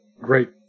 great